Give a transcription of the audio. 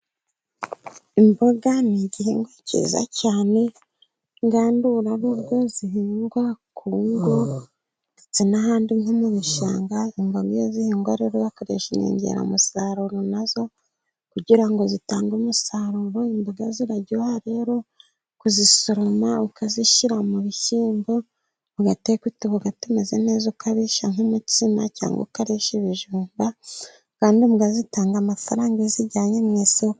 Imboga ni igihingwa cyiza cyane, ngandurarugo zihingwa ku ngo ndetse n'ahandi nko mu bishanga. bimboga iyo z'ihingwa rero hakoreshwa inyongeramusaruro na zo kugira ngo zitange umusaruro. Imboga ziraryoha rero kuzisoroma ukazishyira mu bishyimbo, mugateka, utuboga tumeze neza, ukarisha nk'imitsima cyangwa ukarisha ibijumba, kandi imboga zitanga amafaranga iyo uzijyanye mu isoko.